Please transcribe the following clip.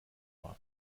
mal